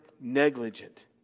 negligent